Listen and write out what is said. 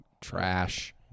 trash